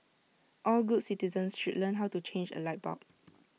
all good citizens should learn how to change A light bulb